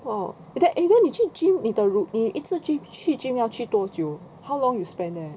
!wow! eh then 你去 gym 你的 rou~ 你一直去去 gym 要多久 how long you spend there